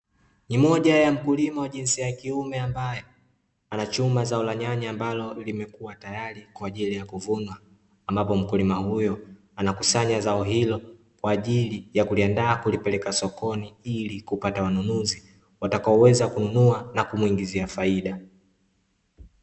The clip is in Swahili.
Ni Moja ya mkulima wa jinsi ya kiume ambaye anachuma zao la nyanya ambalo limekuwa tayari kwa ajili ya kuvunwa ambapo mkulima huyo anakusanya zao hilo, kwa ajili ya kuliandaa kulipeleka sokoni ili kupata wanunuzi watakaoweza kununua na kumuingizia faida.